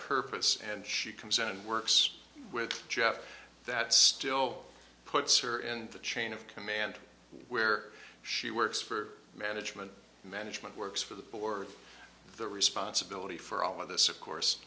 purpose and she comes out and works with jeff that still puts her in the chain of command where she works for management and management works for the board the responsibility for all of this of course